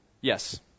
Yes